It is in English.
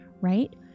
right